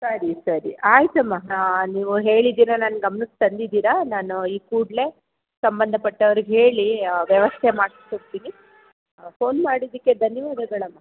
ಸರಿ ಸರಿ ಆಯಿತಮ್ಮ ಹಾಂ ನೀವು ಹೇಳಿದ್ದೀರ ನನ್ನ ಗಮ್ನಕ್ಕೆ ತಂದಿದ್ದೀರ ನಾನು ಈ ಕೂಡಲೇ ಸಂಬಂಧಪಟ್ಟವ್ರಿಗೆ ಹೇಳಿ ವ್ಯವಸ್ಥೆ ಮಾಡ್ಸಿಕೊಡ್ತೀನಿ ಫೋನ್ ಮಾಡಿದಕ್ಕೆ ಧನ್ಯವಾದಗಳು ಅಮ್ಮ